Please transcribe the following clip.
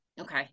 Okay